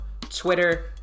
twitter